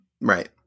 Right